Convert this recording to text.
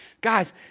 Guys